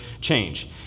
change